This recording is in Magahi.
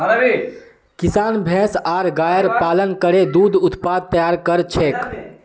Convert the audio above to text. किसान भैंस आर गायर पालन करे दूध उत्पाद तैयार कर छेक